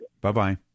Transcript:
Bye-bye